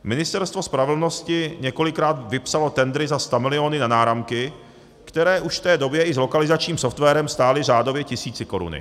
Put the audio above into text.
Ministerstvo spravedlnosti několikrát vypsalo tendry za stamiliony na náramky, které už v té době i s lokalizačním softwarem stály řádově tisícikoruny.